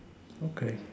okay